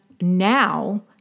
now